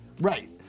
Right